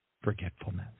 forgetfulness